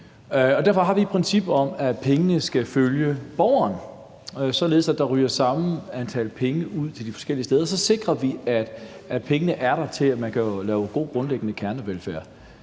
Derfor har vi et princip om, at pengene skal følge borgeren, således at der ryger det samme antal kroner ud til de forskellige steder. Så sikrer vi, at pengene er der til, at man kan lave god, grundlæggende kernevelfærd.